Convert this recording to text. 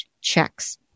Checks